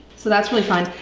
so that's really fun.